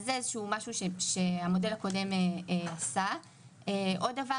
בסוף זו טובת החולה, אין ויכוח.